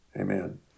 Amen